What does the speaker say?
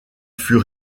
fut